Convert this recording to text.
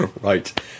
Right